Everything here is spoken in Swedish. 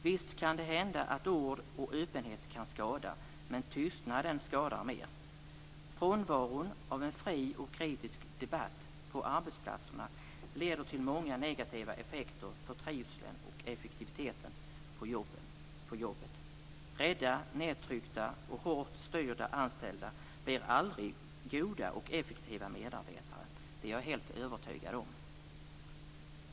Visst kan det hända att ord och öppenhet kan skada, men tystnaden skadar mer. Frånvaron av en fri och kritisk debatt på arbetsplatserna leder till många negativa effekter för trivseln och effektiviteten på jobbet. Rädda, nedtryckta och hårt styrda anställda blir aldrig goda och effektiva medarbetare. Det är jag helt övertygad om.